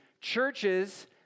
churches